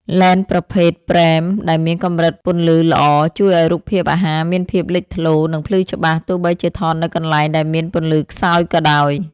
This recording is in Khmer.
លែនប្រភេទ ព្រែម ដែលមានកម្រិតពន្លឺល្អ ជួយឱ្យរូបភាពអាហារមានភាពលេចធ្លោ និងភ្លឺច្បាស់ទោះបីជាថតនៅកន្លែងដែលមានពន្លឺខ្សោយក៏ដោយ។